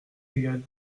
égal